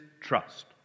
trust